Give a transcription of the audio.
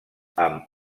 amb